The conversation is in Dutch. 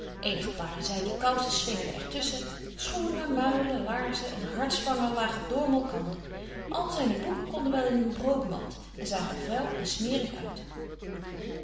eenige paren zyden koussen slingerden er tusschen schoenen muilen laerzen een hartsvanger lagen door malkander al zyne boeken konden wel in een brood mand en zagen er vuil en smerig uit